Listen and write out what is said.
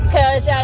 Cause